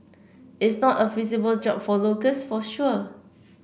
is not a feasible job for locals for sure